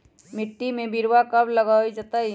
मिट्टी में बिरवा कब लगवल जयतई?